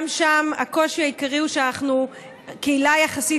שם הקושי העיקרי הוא שאנחנו קהילה קטנה יחסית,